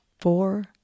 four